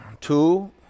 Two